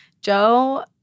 Joe—